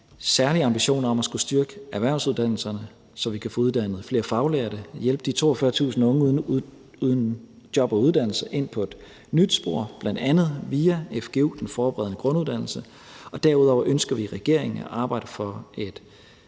særlig ambitioner om at skulle styrke erhvervsuddannelserne, så vi kan få uddannet flere faglærte og hjælpe de 42.000 unge uden job og uddannelse ind på et nyt spor, bl.a. via fgu, den forberedende grunduddannelse. Derudover ønsker vi i regeringen at arbejde for et